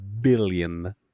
billion